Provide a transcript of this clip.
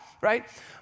right